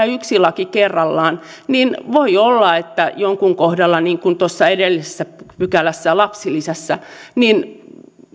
yksi laki kerrallaan niin voi olla että jonkun kohdalla niin kuin tuossa edellisessä pykälässä lapsilisässä